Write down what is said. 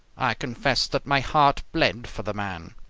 i confess that my heart bled for the man.